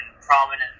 prominent